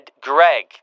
Greg